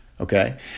Okay